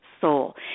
soul